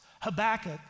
Habakkuk